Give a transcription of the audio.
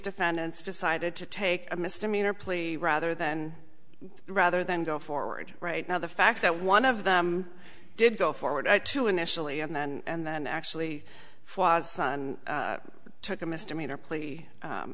defendants decided to take a misdemeanor plea rather then rather than go forward right now the fact that one of them did go forward to initially and then and then actually took a misdemeanor plea